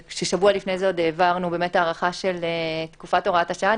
שבוע לפני זה העברנו הארכה של תקופת הוראת השעה.